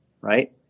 right